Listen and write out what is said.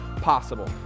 possible